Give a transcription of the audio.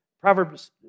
Proverbs